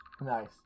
Nice